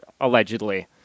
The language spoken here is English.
allegedly